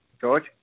George